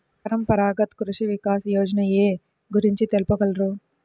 పరంపరాగత్ కృషి వికాస్ యోజన ఏ గురించి తెలుపగలరు?